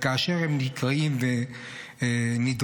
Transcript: וכאשר הם נקראים ונדרשים,